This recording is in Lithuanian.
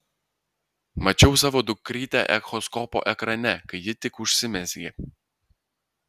mačiau savo dukrytę echoskopo ekrane kai ji tik užsimezgė